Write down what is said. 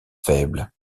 faible